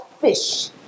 fish